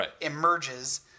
emerges